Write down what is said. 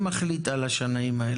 מי מחליט על השנאים האלה?